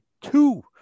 two